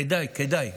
כדאי,